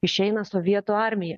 išeina sovietų armija